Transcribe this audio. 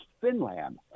Finland